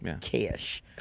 Cash